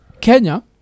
Kenya